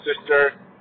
sister